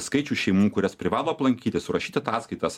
skaičių šeimų kurias privalo aplankyti surašyti ataskaitas